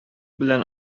белән